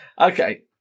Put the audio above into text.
Okay